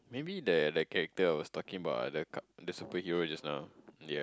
maybe the the character I was talking about ah the super hero just now ya